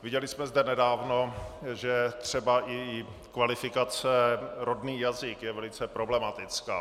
Viděli jsme zde nedávno, že třeba i kvalifikace rodný jazyk je velice problematická.